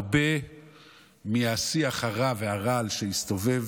הרבה מהשיח הרב והרעל שהסתובב